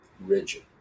rigid